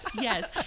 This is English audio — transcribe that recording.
yes